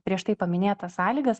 prieš tai paminėtas sąlygas